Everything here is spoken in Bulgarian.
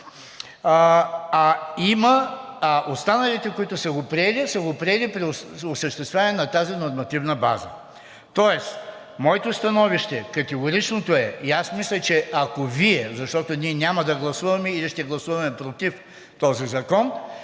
а останалите, които са го приели, са го приели при осъществяване на тази нормативна база. Тоест моето категорично становище и аз мисля, че ако Вие, защото ние няма да гласуваме или ще гласуваме против този закон,